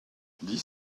dix